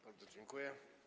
Bardzo dziękuję.